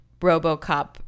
Robocop